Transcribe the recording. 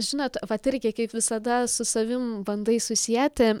žinot vat irgi kaip visada su savim bandai susieti